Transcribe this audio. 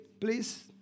Please